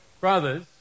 Brothers